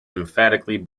emphatically